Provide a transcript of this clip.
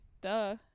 duh